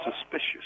suspicious